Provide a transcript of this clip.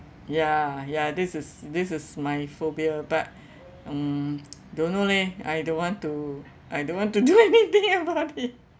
ya ya this is this is my phobia but mm don't know leh I don't want to I don't want to do anything about it